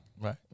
right